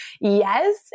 Yes